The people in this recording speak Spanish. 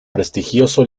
prestigioso